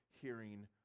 hearing